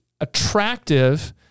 attractive